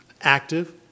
Active